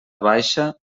baixa